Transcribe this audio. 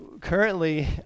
Currently